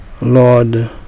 Lord